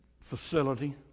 facility